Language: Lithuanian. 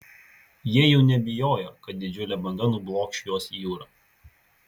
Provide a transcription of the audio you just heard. jie jau nebijojo kad didžiulė banga nublokš juos į jūrą